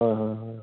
হয় হয় হয়